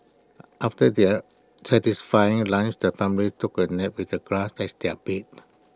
after their satisfying lunch the family took A nap with the grass as their bed